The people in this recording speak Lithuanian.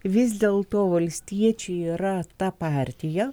vis dėlto valstiečiai yra ta partija